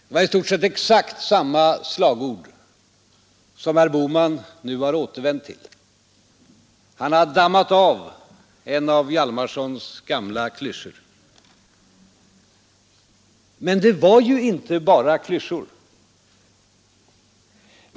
Det är nästan exakt samma slagord som herr Bohman nu har återvänt till. Han har dammat av en av Hjalmarsons gamla klyschor. Men det var ju inte bara klyschor.